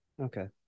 Okay